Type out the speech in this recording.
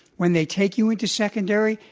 when they take you into secondary,